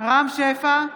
בעד נירה שפק,